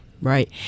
Right